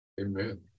Amen